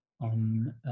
on